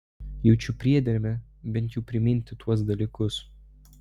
jaučiu priedermę bent jau priminti tuos dalykus